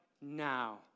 now